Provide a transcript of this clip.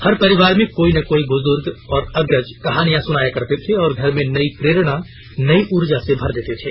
हर परिवार में कोई न कोई बूजुर्ग और अग्रज कहानियां सुनाया करते थे और घर में नई प्रेरणा नई ऊर्जा से भर देते थे